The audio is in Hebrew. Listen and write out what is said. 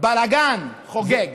בלגן שחוגג.